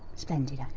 splendid.